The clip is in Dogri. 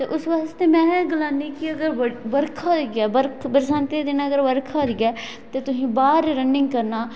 उस वास्ते में गिलानी अगर बर्खा होई दी हाऐ बरसांती दे दिनें अगर बर्खा होई दी ऐ ते तुसैं गी बाह्र रनिंग करना